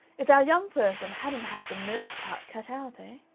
if our young person hadn't had the nurse part cut out, ah?